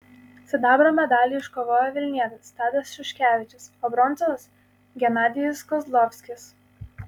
sidabro medalį iškovojo vilnietis tadas šuškevičius o bronzos genadijus kozlovskis